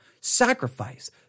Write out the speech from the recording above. Sacrifice